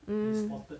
mm